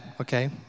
okay